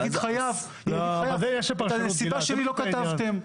יגיד חייב שאת הנסיבה שלו לא כתבו.